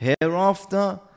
hereafter